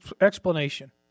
explanation